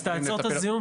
אז תעצור את הזיהום.